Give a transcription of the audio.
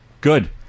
Good